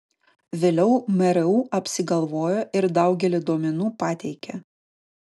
vėliau mru apsigalvojo ir daugelį duomenų pateikė